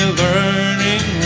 learning